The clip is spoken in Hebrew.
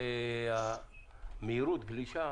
שמהירות הגלישה,